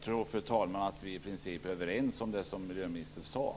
Fru talman! Jag tror att vi i princip är överens om det som miljöministern sade.